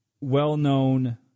well-known